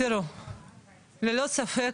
ללא ספק